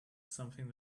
something